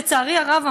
לצערי הרב,